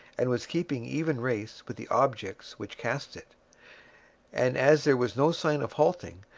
and was keeping even race with the objects which cast it and as there was no sign of halting,